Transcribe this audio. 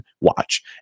watch